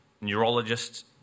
neurologist